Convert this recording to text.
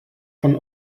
von